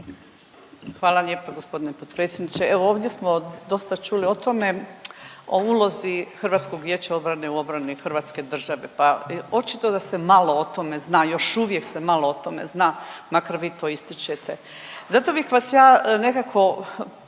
Hvala lijepo g. potpredsjedniče. Evo ovdje smo dosta čuli o tome, o ulozi HVO-a u obrani hrvatske države. Pa očito da se malo o tome zna, još uvijek se malo o tome zna makar vi to ističete. Zato bih vas ja nekako